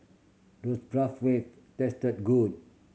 does Bratwurst taste good